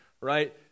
right